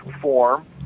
form